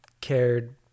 cared